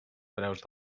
preus